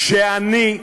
שאני,